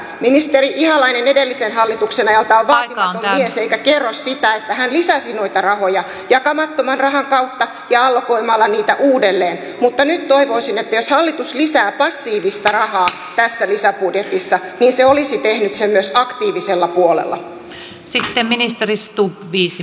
ministeri ihalainen edellisen hallituksen ajalta on vaatimaton mies eikä kerro sitä että hän lisäsi noita rahoja jakamattoman rahan kautta ja allokoimalla niitä uudelleen mutta nyt toivoisin että jos hallitus lisää passiivista rahaa tässä lisäbudjetissa niin se olisi tehnyt sen myös aktiivisella puolella